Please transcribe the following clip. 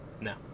No